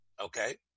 Okay